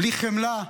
בלי חמלה,